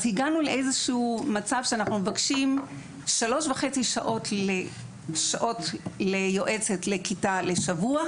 אז הגענו לאיזשהו מצב שאנחנו מבקשים 3.5 שעות ליועצת לכיתה לשבוע,